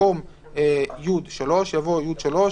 במקום "י3" יבוא "י3,